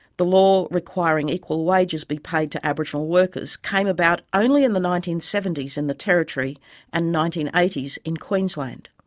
the law requiring equal wages be paid to aboriginal workers came about only in the nineteen seventy s in the territory and nineteen eighty s in queensland.